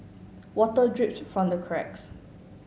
water drips from the cracks